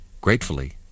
gratefully